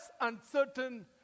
uncertain